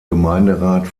gemeinderat